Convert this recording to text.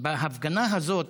בהפגנה הזאת,